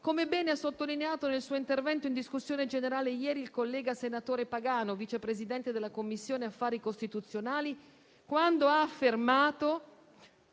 come bene ha sottolineato nel suo intervento in discussione generale ieri il collega senatore Pagano, Vice Presidente della Commissione affari costituzionali, quando ha affermato